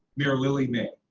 mayor lily mei.